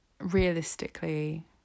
realistically